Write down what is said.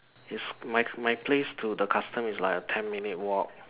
is my my place to the custom is like a ten minute walk